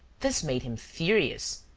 this made him furious,